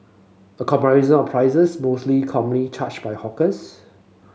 a comparison of prices mostly commonly charged by hawkers